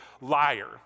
liar